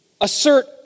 assert